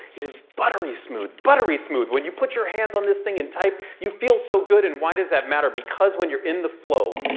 it is buttery smooth, buttery smooth. when you put your hands on this thing and type you feel so good. and why does that matter? because when you're in the flow.